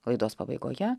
laidos pabaigoje